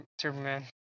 Superman